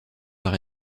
par